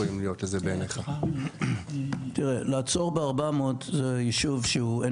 הדיון היום יעסוק בעיקר בהיבטים הקהילתיים של היישובים.